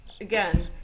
Again